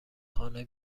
خانه